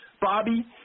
Bobby